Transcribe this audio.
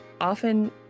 often